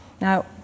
Now